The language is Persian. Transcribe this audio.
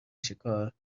شکار